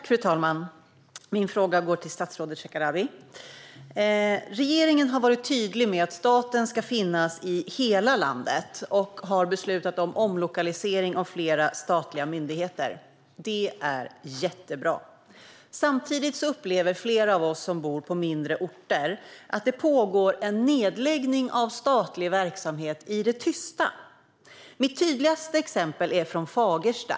Fru talman! Min fråga går till statsrådet Shekarabi. Regeringen har varit tydlig med att staten ska finnas i hela landet och har beslutat om omlokalisering av flera statliga myndigheter. Det är jättebra. Samtidigt upplever flera av oss som bor på mindre orter att en nedläggning av statlig verksamhet pågår i det tysta. Mitt tydligaste exempel kommer från Fagersta.